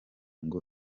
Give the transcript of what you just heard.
ngo